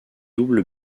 double